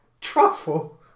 Truffle